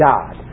God